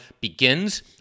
begins